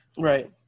Right